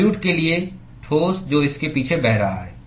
fluid के लिए ठोस जो इसके पीछे बह रहा है